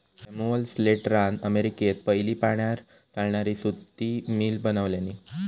Samuel स्लेटरान अमेरिकेत पयली पाण्यार चालणारी सुती मिल बनवल्यानी